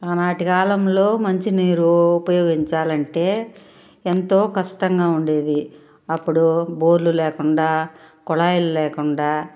ఆనాటి కాలంలో మంచినీరు ఉపయోగించాలంటే ఎంతో కష్టంగా ఉండేది అపుడు బోర్లు లేకుండా కుళాయిలు లేకుండా